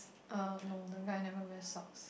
err no the guy never wear socks